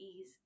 ease